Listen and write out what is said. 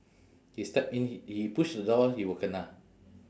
he step in h~ he push the door he will kena